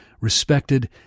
respected